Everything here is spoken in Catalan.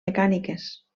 mecàniques